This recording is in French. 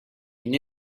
une